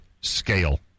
scale